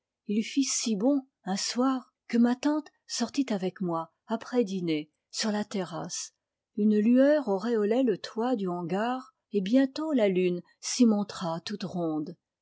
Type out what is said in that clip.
il fit si bon un soir que ma tante sortit avec moi après dîner sur la terrasse une lueur auréolait le toit du hangar et bientôt la lune s'y montra toute ronde